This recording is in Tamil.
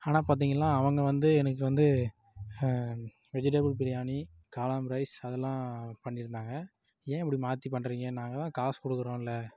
ஆனால் பாத்திங்கனா அவங்கள் வந்து எனக்கு வந்து வெஜிடபுள் பிரியாணி காளான் ரைஸ் அதெல்லாம் பண்ணியிருந்தாங்க ஏன் இப்படி மாற்றி பண்ணுறீங்க நாங்கள் தான் காசு கொடுக்குறோம்ல